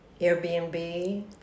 Airbnb